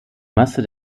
masse